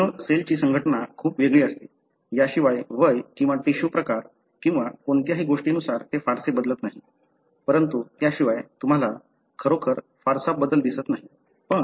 immune सेलची संघटना खूप वेगळी असते याशिवाय वय किंवा टिश्यू प्रकार किंवा कोणत्याही गोष्टीनुसार ते फारसे बदलत नाही परंतु त्याशिवाय तुम्हाला खरोखर फारसा बदल दिसत नाही